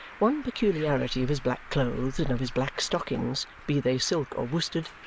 one peculiarity of his black clothes and of his black stockings, be they silk or worsted,